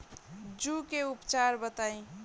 जूं के उपचार बताई?